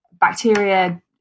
bacteria